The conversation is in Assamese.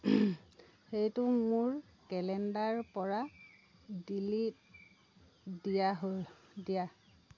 সেইটো মোৰ কেলেণ্ডাৰ পৰা ডিলিট দিয়া হ'ল দিয়া